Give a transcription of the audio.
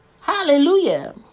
Hallelujah